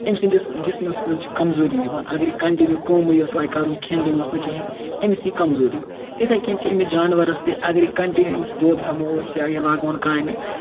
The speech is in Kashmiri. أمۍ سٕنٛدِس جِسمَس منٛز چھِ کمزوٗری یِوان اگر یہِ کَنٹِنیوٗ کٲمٕے یٲژ لاگہِ کرُن کھٮ۪ن دِموس نہٕ کِہیٖنۍ أمِس یی کَمزوٗری اِتھَے کٔنۍ چھِ أمِس جاناوَارَس تہِ اگر یہِ کَنٹِنیوٗ أمِس دۄد ہٮ۪مو أسۍ یا یہِ لاگون کامہِ